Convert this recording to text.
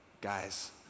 guys